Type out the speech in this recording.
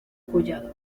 collado